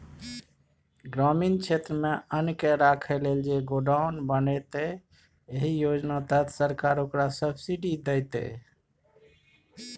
ग्रामीण क्षेत्रमे अन्नकेँ राखय लेल जे गोडाउन बनेतै एहि योजना तहत सरकार ओकरा सब्सिडी दैतै